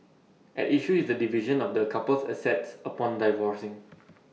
at issue is the division of the couple's assets upon divorcing